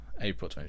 April